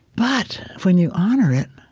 but when you honor it,